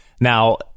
Now